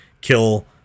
kill